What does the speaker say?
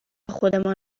خودمان